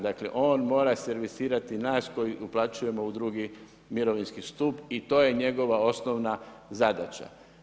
Dakle, on mora servisirati nas koji uplaćujemo u 2 mirovinski stup i to je njegova osnovna zadaća.